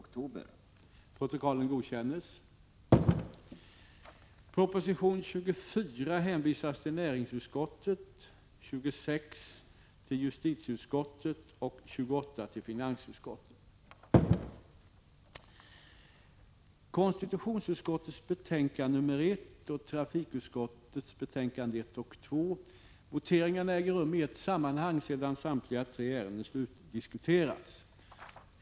Konstitutionsutskottets betänkande 1 samt trafikutskottets betänkanden 1 och 2 kommer att debatteras i tur och ordning. Voteringarna äger rum i ett sammanhang efter avslutad debatt.